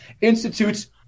institutes